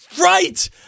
right